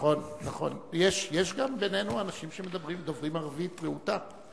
יש גם בינינו אנשים שדוברים ערבית רהוטה.